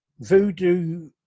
voodoo